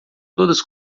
todas